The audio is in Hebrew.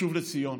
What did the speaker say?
לשוב לציון.